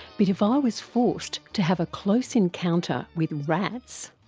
but if i was forced to have a close encounter with rats,